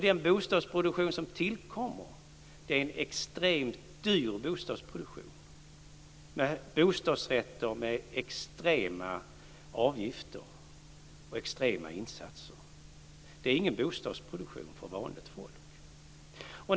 Den bostadsproduktion som tillkommer är också extremt dyr, bostadsrätter med extrema avgifter och insatser. Det är ingen bostadsproduktion för vanligt folk.